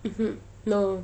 mmhmm no